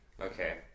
Okay